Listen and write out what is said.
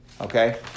okay